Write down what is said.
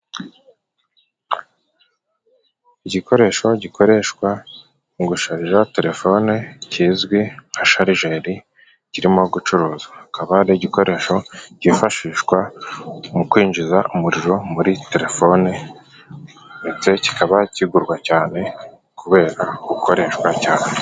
Igikoresho gikoreshwa mu gusharija telefone kizwi nka sharigeri ,kirimo gucuruzwaha akaba ari igikoresho cyifashishwa mu kwinjiza umuriro muri telefone, ndetse kikaba kigurwa cyane kubera gukoreshwa cyane.